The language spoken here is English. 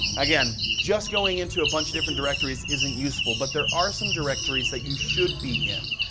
again, just going into a bunch of different directories isn't useful, but there are some directories that you should be in.